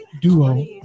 duo